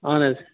اَہَن حظ